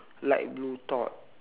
light blue top